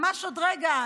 ממש עוד רגע,